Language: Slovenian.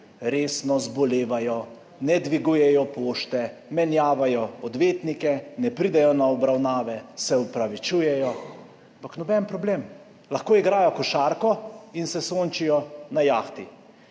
Resno zbolevajo, ne dvigujejo pošte, menjavajo odvetnike, ne pridejo na obravnave, se opravičujejo, ampak noben problem, lahko igrajo košarko in se sončijo na jahti.